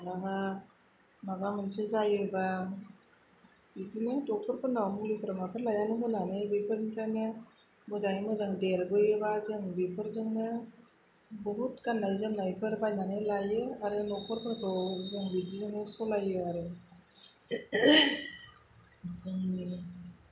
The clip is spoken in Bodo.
मालाबा माबा मोनसे जायोबा बिदिनो डक्टरफोरनाव मुलिफोर माफोर लायनानै होनानै बेफोरनिफ्रायनो मोजाङै मोजां देरबोयोबा जों बेफोरजोंनो बुहुद गान्नाय जोमनायफोर बायनानै लायो आरो नखरफोरखौ जों बिदिजोंनो सोलियो आरो जोंनि